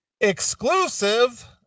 Exclusive